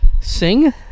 Sing